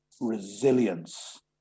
resilience